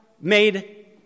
made